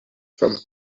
from